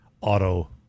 Auto